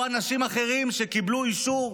או אנשים אחרים שקיבלו אישור,